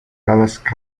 dallas